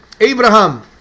Abraham